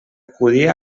acudir